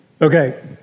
Okay